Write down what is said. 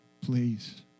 please